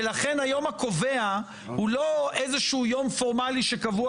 ולכן היום הקובע הוא לא איזה שהוא יום פורמלי שקבוע